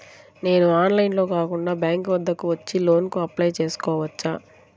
నేను ఆన్లైన్లో కాకుండా బ్యాంక్ వద్దకు వచ్చి లోన్ కు అప్లై చేసుకోవచ్చా?